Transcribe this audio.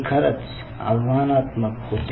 हे खरंच आव्हानात्मक होते